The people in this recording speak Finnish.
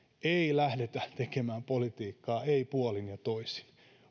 ei lähdetä tekemään politiikkaa ei puolin eikä toisin